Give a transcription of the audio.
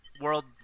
world